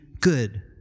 good